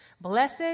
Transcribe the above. Blessed